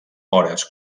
hores